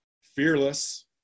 fearless